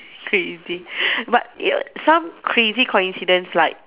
crazy but you some crazy coincidence like